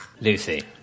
Lucy